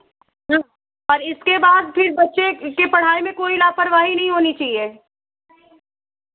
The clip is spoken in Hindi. और इसके बाद फिर बच्चे की पढ़ाई में कोई लापरवाही नहीं होनी चाहिए